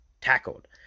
Tackled